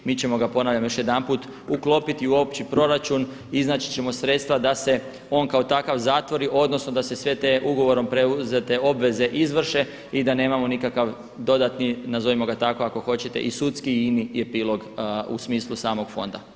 Mi ćemo ga ponavljam još jedanput uklopiti u opći proračun i iznaći ćemo sredstva da se on kako takav zatvori odnosno da se sve te ugovorom preuzete obveze izvrše i da nemamo nikakav dodatni nazovimo ga tako ako hoćete i sudski i ini epilog u smislu samog fonda.